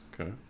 Okay